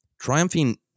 triumphing